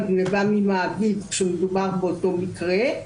גניבה ממעביד כאשר מדובר באותו מקרה.